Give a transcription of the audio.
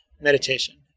meditation